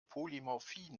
polymorphie